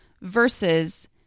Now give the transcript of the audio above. versus